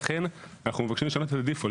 לכן, אנחנו מבקשים לשנות את בררת המחדל.